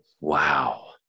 Wow